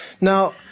Now